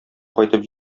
кайтып